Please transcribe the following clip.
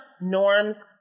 norms